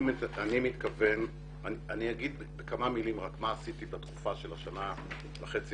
אני אומר בכמה מילים מה עשיתי בתקופה של השנה וחצי